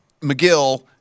McGill